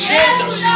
Jesus